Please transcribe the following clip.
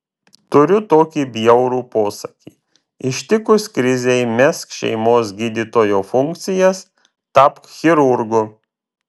turiu tokį bjaurų posakį ištikus krizei mesk šeimos gydytojo funkcijas tapk chirurgu